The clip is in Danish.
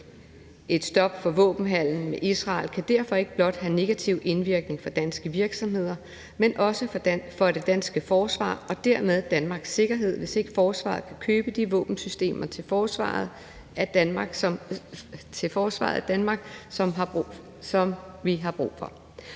Et stop for våbenhandel med Israel kan derfor ikke blot have negativ indvirkning for danske virksomheder, men også for det danske forsvar og dermed Danmarks sikkerhed, hvis ikke forsvaret kan købe de våbensystemer til forsvaret af Danmark, som vi har brug for.